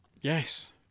Yes